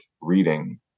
reading